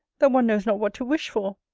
that one knows not what to wish for!